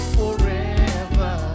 forever